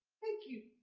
thank you